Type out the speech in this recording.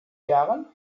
jahren